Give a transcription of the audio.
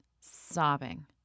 sobbing